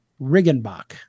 Riggenbach